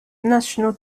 national